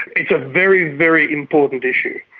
it's a very, very important issue.